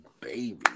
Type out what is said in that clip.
Baby